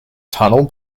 tunnel